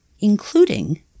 including